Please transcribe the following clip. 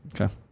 Okay